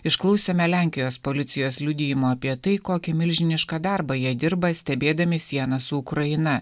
išklausėme lenkijos policijos liudijimo apie tai kokį milžinišką darbą jie dirba stebėdami sieną su ukraina